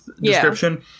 description